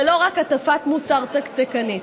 ולא רק הטפת מוסר צקצקנית.